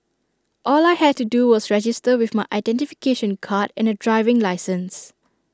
all I had to do was register with my identification card and A driving licence